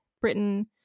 Britain